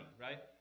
right